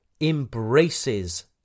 embraces